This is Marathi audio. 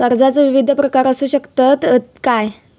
कर्जाचो विविध प्रकार असु शकतत काय?